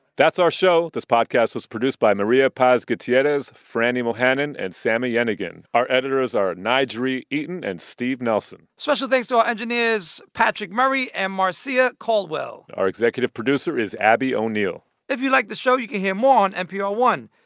that's our show. this podcast was produced by maria paz gutierrez, frannie monahan and and sami yenigun. our editors are n'jeri eaton and steve nelson special thanks to our engineers, patrick murray and marcia caldwell our executive producer is abby o'neill if you liked the show, you can hear more on npr one.